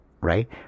right